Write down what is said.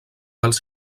dels